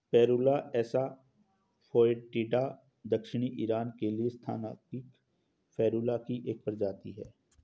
Ferula एसा फोएटिडा दक्षिणी ईरान के लिए स्थानिक फेरुला की एक प्रजाति है